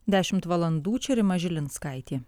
dešimt valandų čia rima žilinskaitė